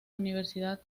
universidad